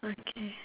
okay